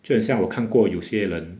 就很像我看过有些人